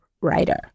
writer